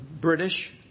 British